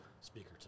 speaker